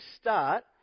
start